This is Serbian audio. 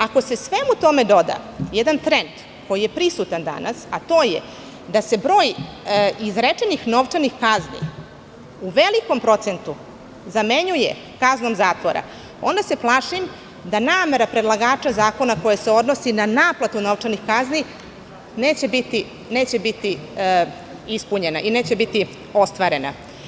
Ako se svemu tome doda jedan trend koji je prisutan danas, a to je da se broj izrečenih novčanih kazni u velikom procentu zamenjuje kaznom zatvora, onda se plašim da namera predlagača zakona, koja se odnosi na naplatu novčanih kazni, neće biti ispunjena i neće biti ostvarena.